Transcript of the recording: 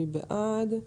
מי בעד?